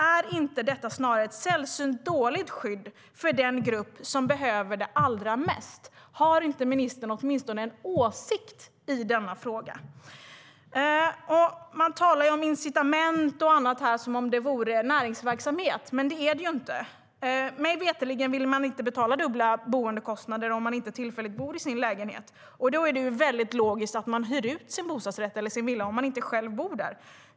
Är det inte snarare ett sällsynt dåligt skydd för den grupp som behöver det allra mest? Kan inte ministern åtminstone ha en åsikt i denna fråga? Man talar om incitament och annat som om det vore näringsverksamhet, men det är det ju inte. Mig veterligen vill man inte betala dubbla boendekostnader om man tillfälligt inte bor i sin lägenhet. Om man inte själv bor i sin bostadsrätt eller villa är det väl logiskt att man hyr ut den?